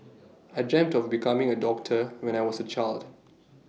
I dreamt of becoming A doctor when I was A child